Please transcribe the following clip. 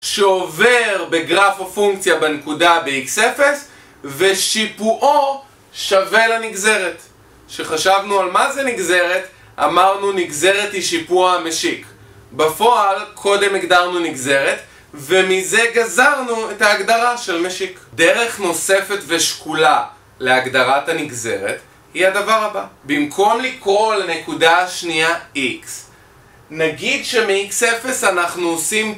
שעובר בגרף הפונקציה בנקודה ב-X0 ושיפועו שווה לנגזרת כשחשבנו על מה זה נגזרת אמרנו נגזרת היא שיפוע המשיק בפועל קודם הגדרנו נגזרת ומזה גזרנו את ההגדרה של משיק דרך נוספת ושקולה להגדרת הנגזרת היא הדבר הבא במקום לקרוא לנקודה השנייה X נגיד שמ-X0 אנחנו עושים